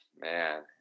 man